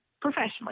professionally